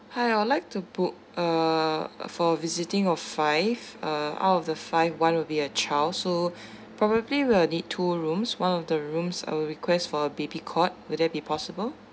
hi I would like to book uh for visiting of five uh out of the five one would be a child so probably we'll need two rooms one of the rooms I will request for a baby cot would that be possible